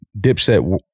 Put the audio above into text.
Dipset